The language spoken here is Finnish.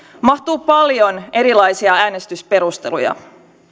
mahtuu paljon erilaisia äänestysperusteluja